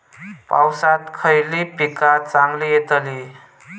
पावसात खयली पीका चांगली येतली?